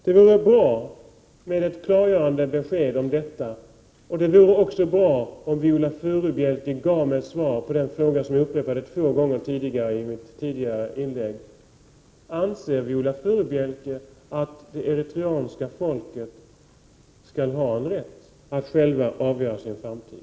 Det vore bra med ett klargörande besked om detta, och det vore också bra om Viola Furubjelke gav mig svar på den fråga som jag ställde två gånger i mitt tidigare inlägg: Anser Viola Furubjelke att det eritreanska folket skall ha en rätt att självt avgöra sin framtid?